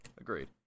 agreed